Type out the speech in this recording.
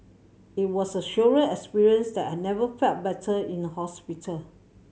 it was a surreal experience that I never felt better in a hospital